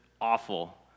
awful